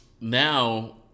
now